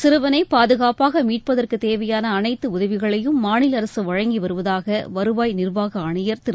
சிறுவனை பாதுகாப்பாக மீட்பதற்குத் தேவையான அனைத்து உதவிகளையும் மாநில அரசு வழங்கி வருவதாக வருவாய் நிர்வாக ஆணையர் திரு